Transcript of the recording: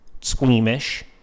squeamish